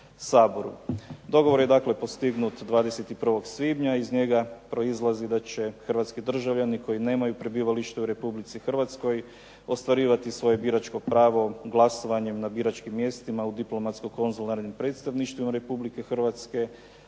saboru. Dogovor je dakle postignut 21. svibnja. Iz njega proizlazi da će hrvatski državljani koji nemaju prebivalište u Republici Hrvatskoj ostvarivati svoje biračko pravo glasovanjem na biračkim mjestima u diplomatsko-konzularnim predstavništvima Republike Hrvatske,